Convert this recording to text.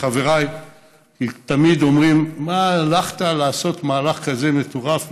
חבריי תמיד אומרים: מה הלכת לעשות מהלך כזה מטורף?